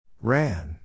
Ran